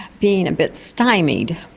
being a bit stymied.